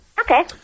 Okay